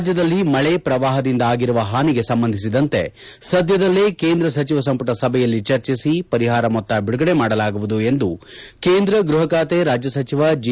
ರಾಜ್ಯದಲ್ಲಿ ಮಳೆ ಪ್ರವಾಹದಿಂದ ಆಗಿರುವ ಹಾನಿಗೆ ಸಂಬಂಧಿಸಿದಂತೆ ಸದ್ದದಲ್ಲೇ ಕೇಂದ್ರ ಸಚಿವ ಸಂಪುಟ ಸಭೆಯಲ್ಲಿ ಚರ್ಚಿಸಿ ಪರಿಹಾರ ಮೊತ್ತ ಬಿಡುಗಡೆ ಮಾಡಲಾಗುವುದು ಎಂದು ಕೇಂದ್ರ ಗ್ಲಹ ಖಾತೆ ರಾಜ್ಯ ಸಚಿವ ಜಿ